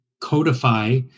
codify